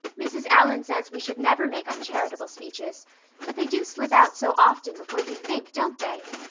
mrs. allan says we should never make uncharitable speeches but they do slip out so often before you think, don't they?